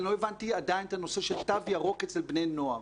אני לא הבנתי עדיין את הנושא של תו ירוק אצל בני נוער.